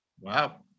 wow